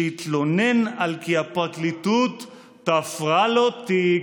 שהתלונן על כי הפרקליטות תפרה לו תיק,